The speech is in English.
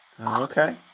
Okay